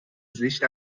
sicht